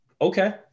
okay